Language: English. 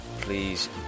please